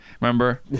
Remember